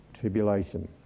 tribulation